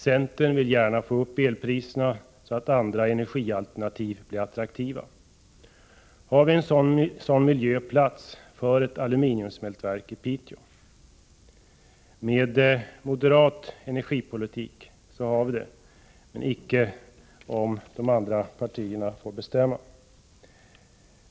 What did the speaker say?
Centern vill gärna få upp elpriserna, så att andra energialternativ blir attraktiva. Har vi då plats för ett aluminiumsmältverk i Piteå? Med moderat energipolitik har vi det, men icke om de andra partierna får bestämma.